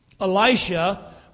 Elisha